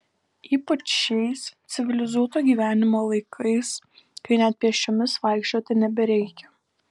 ypač šiais civilizuoto gyvenimo laikais kai net pėsčiomis vaikščioti nebereikia